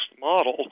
model